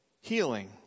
healing